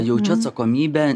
jaučiu atsakomybę